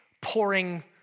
pouring